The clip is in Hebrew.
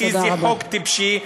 זה חוק טיפשי,